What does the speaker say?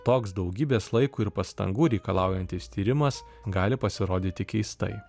toks daugybės laiko ir pastangų reikalaujantis tyrimas gali pasirodyti keistai